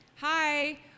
Hi